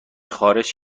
خارش